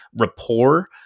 rapport